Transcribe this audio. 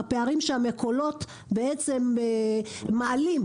הפערים שבעלי המכולות מדברים עליהם.